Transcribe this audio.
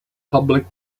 public